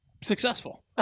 successful